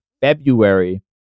February